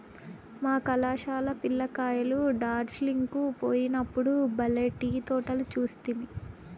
మా కళాశాల పిల్ల కాయలు డార్జిలింగ్ కు పోయినప్పుడు బల్లే టీ తోటలు చూస్తిమి